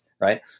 right